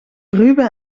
ruben